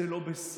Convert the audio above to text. זה לא בסדר.